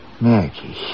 Maggie